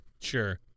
Sure